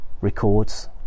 records